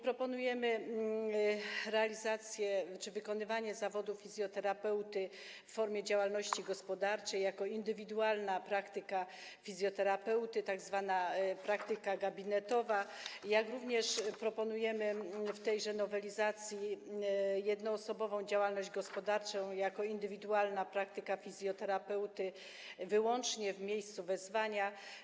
Przewidujemy możliwość wykonywania zawodu fizjoterapeuty w formie działalności gospodarczej jako indywidualnej praktyki fizjoterapeuty, tzw. praktyki gabinetowej, jak również proponujemy w tejże nowelizacji jednoosobową działalność gospodarczą jako indywidualną praktykę fizjoterapeuty wyłącznie w miejscu wezwania.